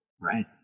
right